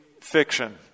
fiction